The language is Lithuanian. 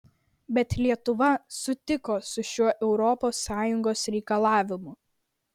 bet lietuva sutiko su šiuo europos sąjungos reikalavimu